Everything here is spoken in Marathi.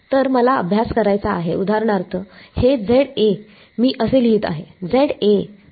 तर मला अभ्यास करायचा आहे उदाहरणार्थहे मी असे लिहीत आहे